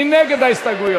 מי נגד ההסתייגויות?